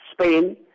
Spain